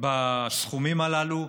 בסכומים הללו.